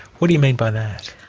what do you mean by that?